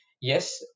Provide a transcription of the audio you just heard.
Yes